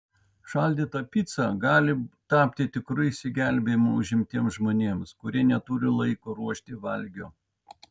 šaldyta pica gali tapti tikru išsigelbėjimu užimtiems žmonėms kurie neturi laiko ruošti valgio